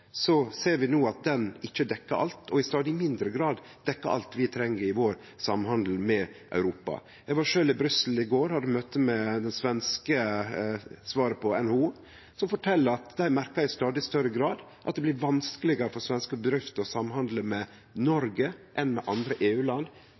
ser vi no at han ikkje dekkjer alt, og i stadig mindre grad dekkjer alt vi treng i vår samhandel med Europa. Eg var sjølv i Brussel i går og hadde møte med det svenske NHO, som fortel at dei i stadig større grad merkar at det blir vanskelegare for svenske bedrifter å samhandle med